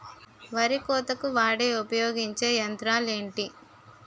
వరి కోతకు వాడే ఉపయోగించే యంత్రాలు ఏంటి?